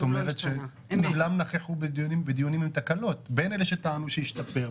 זאת אומרת שהם כולם נכחו בדיונים עם תקלות בין אלה שטענו שהשתפר,